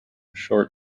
short